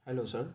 hello sir